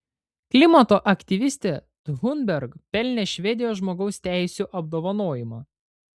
klimato aktyvistė thunberg pelnė švedijos žmogaus teisių apdovanojimą